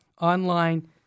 online